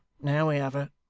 now we have her